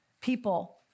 people